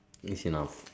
yes enough